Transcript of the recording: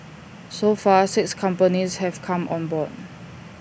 so far six companies have come on board